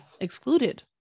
excluded